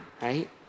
right